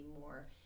more